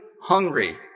hungry